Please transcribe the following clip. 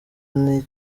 niyo